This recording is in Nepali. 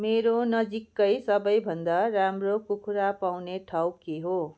मेरो नजिक्कै सबैभन्दा राम्रो कुखुरा पाउने ठाउँ के हो